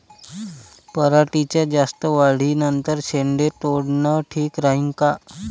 पराटीच्या जास्त वाढी नंतर शेंडे तोडनं ठीक राहीन का?